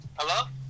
Hello